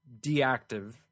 deactive